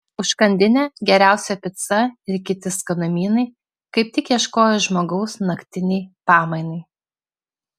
užkandinė geriausia pica ir kiti skanumynai kaip tik ieškojo žmogaus naktinei pamainai